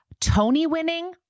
Tony-winning